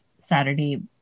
Saturday